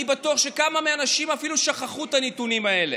אני בטוח שכמה מהאנשים אפילו שכחו את הנתונים האלה.